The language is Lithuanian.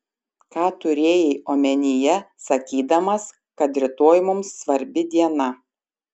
ką turėjai omenyje sakydamas kad rytoj mums svarbi diena